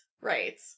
Right